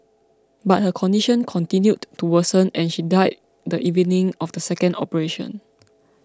but her condition continued to worsen and she died the evening of the second operation